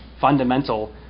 fundamental